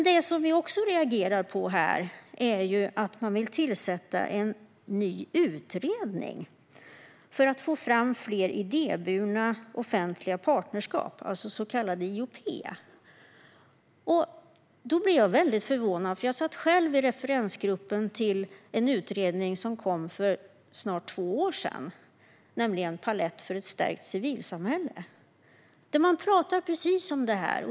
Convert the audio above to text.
Det som vi reagerar på är att man vill tillsätta en ny utredning för att få fram fler idéburna offentliga partnerskap, så kallade IOP. Då blir jag väldigt förvånad, för jag satt själv i referensgruppen till en utredning som kom för snart två år sedan, nämligen Palett för ett stärkt civilsamhälle , där man pratar precis om det här.